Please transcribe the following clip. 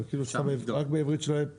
הבנתי, אבל כאילו רק בעברית שלא יהיה,